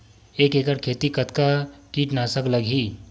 एक एकड़ खेती कतका किट नाशक लगही?